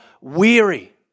weary